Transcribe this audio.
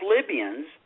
Libyans